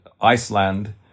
Iceland